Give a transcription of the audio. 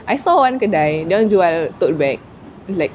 I saw one kedai dorang jual tote bag like